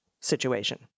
situation